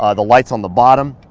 ah the lights on the bottom,